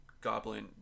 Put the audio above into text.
Goblin